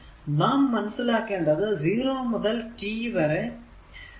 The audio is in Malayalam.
നാം മനസ്സിലാക്കേണ്ടത് 0 മുതൽ t വരെ 2 ഇന്റർവെൽ ആണുള്ളത്